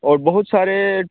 और बहुत सारे